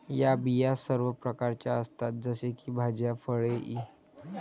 या बिया सर्व प्रकारच्या असतात जसे की भाज्या, फळे इ